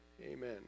Amen